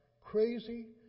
crazy